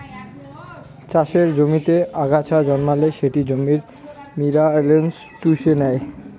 চাষের জমিতে আগাছা জন্মালে সেটি জমির মিনারেলস চুষে নেই